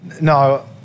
No